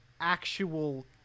actual